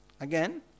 again